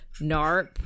narp